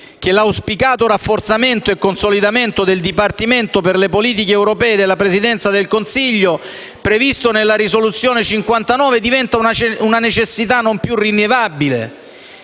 che l'auspicato rafforzamento e consolidamento del Dipartimento per le politiche europee della Presidenza del Consiglio, previsto nella risoluzione n. 59, diventa una necessità non più rinviabile